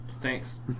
Thanks